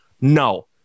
No